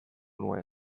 nuen